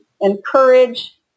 encourage